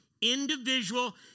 Individual